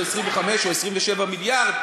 תת-ביצוע של 25 או 27 מיליארד?